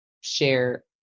share